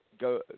go